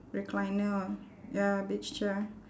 recliner ah ya beach chair